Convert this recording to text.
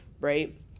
right